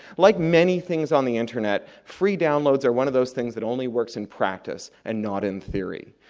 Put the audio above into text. like many things on the internet, free downloads are one of those things that only works in practice, and not in theory.